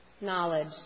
knowledge